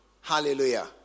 Hallelujah